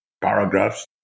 paragraphs